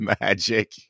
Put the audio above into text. magic